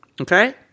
Okay